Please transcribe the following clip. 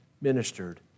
ministered